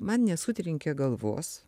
man nesutrenkė galvos